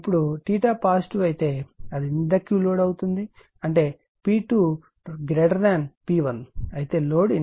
ఇప్పుడు పాజిటివ్ అయితే అది ఇండక్టివ్ లోడ్ అవుతుంది అంటే P2 P1 అయితే లోడ్ ఇండక్టివ్ అవుతుంది